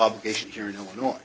obligation here in illinois